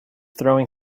throwing